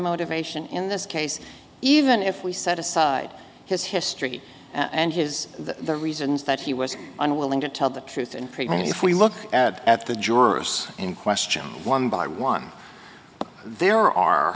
motivation in this case even if we set aside his history and his the reasons that he was unwilling to tell the truth and prevent if we look at the jurors in question one by one there are